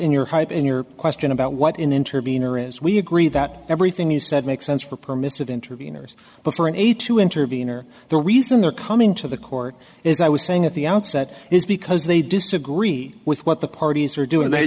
in your hype in your question about what in intervene or as we agree that everything you said makes sense for permissive intervenors but for an aide to intervene or the reason they're coming to the court is i was saying at the outset is because they disagree with what the parties are doing they